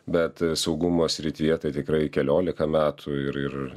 bet saugumo srityje tai tikrai keliolika metų ir ir